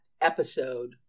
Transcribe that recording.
episode